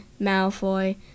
Malfoy